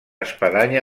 espadanya